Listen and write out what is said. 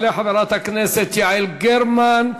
תעלה חברת הכנסת יעל גרמן,